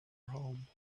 home